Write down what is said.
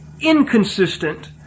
inconsistent